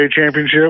Championship